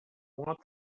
want